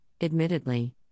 admittedly